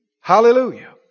Hallelujah